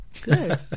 Good